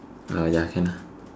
ya can lah